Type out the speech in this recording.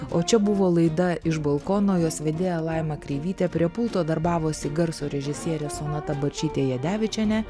o čia buvo laida iš balkono jos vedėja laima kreivytė prie pulto darbavosi garso režisierė sonata barčytė jadevičienė